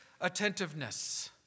attentiveness